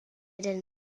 did